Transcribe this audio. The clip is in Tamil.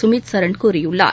சுமித் சரண் கூறியுள்ளார்